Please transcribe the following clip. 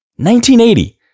1980